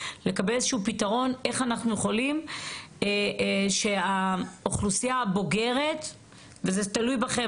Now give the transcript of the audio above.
אבל צריך לקחת בחשבון שיש 40% מהאוכלוסייה המבוגרת שלא מתחסנת בכלל,